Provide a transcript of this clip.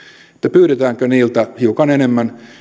pyydetäänkö niiltä hiukan enemmän